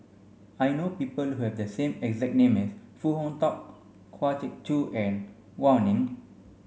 I know people who have the same exact name as Foo Hong Tatt Kwa Geok Choo and Gao Ning